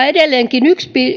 edelleenkin